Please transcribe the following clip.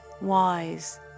wise